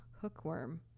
hookworm